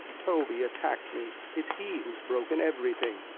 toby attacked me it's he who's broken everything.